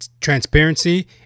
transparency